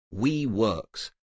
WeWorks